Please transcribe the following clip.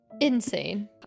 Insane